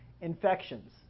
infections